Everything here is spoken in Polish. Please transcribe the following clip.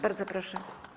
Bardzo proszę.